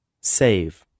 Save